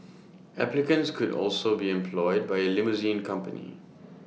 applicants could also be employed by A limousine company